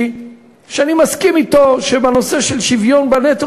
שאני מסכים אתו שבנושא של שוויון בנטל,